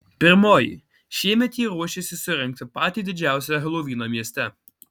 pirmoji šiemet jie ruošiasi surengti patį didžiausią helovyną mieste